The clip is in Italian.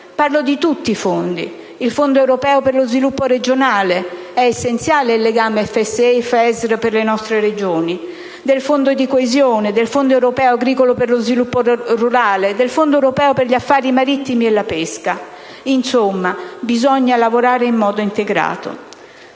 Parlo, ad esempio, del Fondo europeo per lo sviluppo regionale (è essenziale il legame fra FSE e FESR per le nostre Regioni), del Fondo di coesione, del Fondo europeo agricolo per lo sviluppo rurale e del Fondo europeo per gli affari marittimi e la pesca. Insomma, bisogna lavorare in modo integrato.